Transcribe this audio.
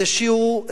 וזה שיעור.